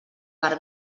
per